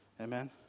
Amen